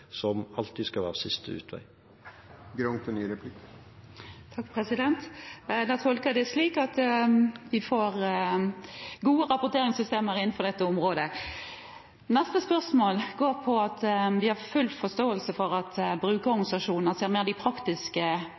som alltid skal være siste utvei. Da tolker jeg det slik at vi får gode rapporteringssystemer innenfor dette området. Neste spørsmål går på at vi har full forståelse for at brukerorganisasjonene ser de praktiske